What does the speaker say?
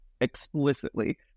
explicitly